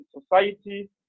society